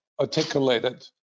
articulated